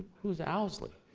who's owsley?